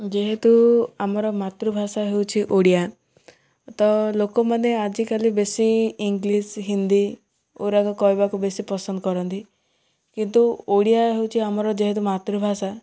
ଯେହେତୁ ଆମର ମାତୃଭାଷା ହେଉଛି ଓଡ଼ିଆ ତ ଲୋକମାନେ ଆଜିକାଲି ବେଶୀ ଇଂଲିଶ ହିନ୍ଦୀ କହିବାକୁ ବେଶୀ ପସନ୍ଦ କରନ୍ତି କିନ୍ତୁ ଓଡ଼ିଆ ହେଉଛି ଆମର ଯେହେତୁ ମାତୃଭାଷା